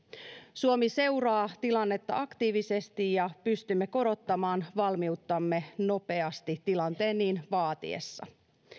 suomi seuraa tilannetta aktiivisesti ja pystymme korottamaan valmiuttamme nopeasti tilanteen niin vaatiessa